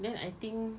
then I think